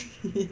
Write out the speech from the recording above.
hehe